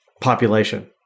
population